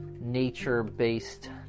nature-based